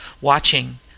watching